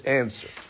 answer